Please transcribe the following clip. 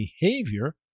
behavior